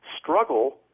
struggle